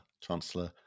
Chancellor